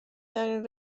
ترین